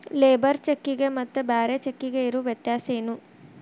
Labour ಚೆಕ್ಕಿಗೆ ಮತ್ತ್ ಬ್ಯಾರೆ ಚೆಕ್ಕಿಗೆ ಇರೊ ವ್ಯತ್ಯಾಸೇನು?